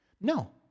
No